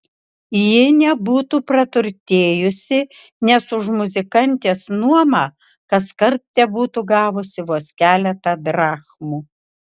ji nebūtų praturtėjusi nes už muzikantės nuomą kaskart tebūtų gavusi vos keletą drachmų